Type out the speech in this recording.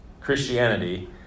Christianity